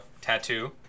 tattoo